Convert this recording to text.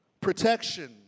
Protection